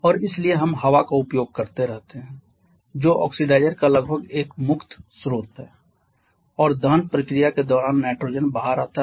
और इसलिए हम हवा का उपयोग करते रहते हैं जो ऑक्सीडाइज़र का लगभग एक मुक्त स्रोत है और दहन प्रक्रिया के दौरान नाइट्रोजन बाहर आता है